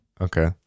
Okay